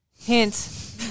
hint